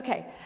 Okay